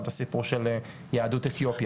גם את הסיפור של יהדות אתיופיה.